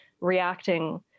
reacting